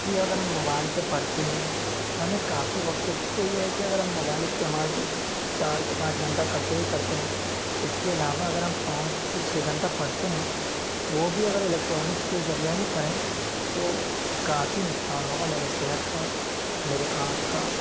کہ اگر ہم موبائل پہ پڑھتے ہیں تو ہمیں کافی وقت ایک تو یہ ہے کہ اگر ہم موبائل استعمال تو چار سے پانچ گھنٹہ کرتے ہی کرتے ہیں اس کے علاوہ اگر ہم پانچ سے چھ گھنٹہ پڑھتے ہیں وہ بھی اگر الکٹرانک کے ذریعہ ہی پڑھیں تو کافی نقصان ہوگا میرے صحت کا میرے آنکھ کا